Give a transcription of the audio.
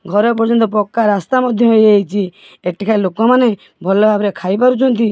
ଘର ପର୍ଯ୍ୟନ୍ତ ପକ୍କା ରାସ୍ତା ମଧ୍ୟ୍ୟ ହେଇଯାଇଛି ଏଠିକାର ଲୋକମାନେ ଭଲଭାବରେ ଖାଇପାରୁଛନ୍ତି